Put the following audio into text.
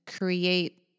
create